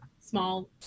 small